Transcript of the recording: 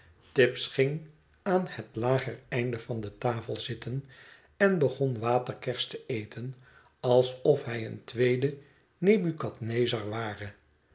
tibbs ging aan het lager einde van de tafel zitten en begon waterkers te eten l alsof hij een tweede nebucadnezar ware